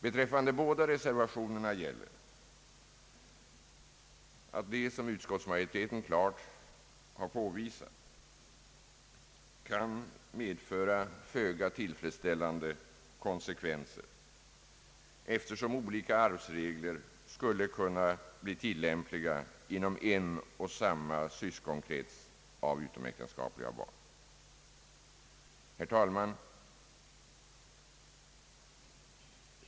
Beträffande båda <reservationerna gäller, som utskottsmajoriteten klart har påvisat, att de kan medföra föga tillfredsställande konsekvenser, eftersom olika arvsregler skulle kunna komma att tillämpas inom samma syskonkrets av utomäktenskapliga barn. Herr talman!